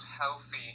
healthy